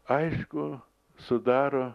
aišku sudaro